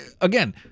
again